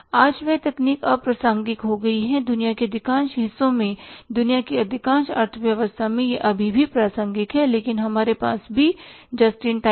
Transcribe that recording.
आज वह तकनीक अप्रासंगिक हो गई है दुनिया के अधिकांश हिस्सों में दुनिया की अधिकांश अर्थव्यवस्था में यह अभी भी प्रासंगिक है लेकिन हमारे पास भी जस्ट इन टाइम है